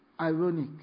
ironic